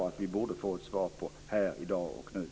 Det borde vi få ett svar på här och nu i dag.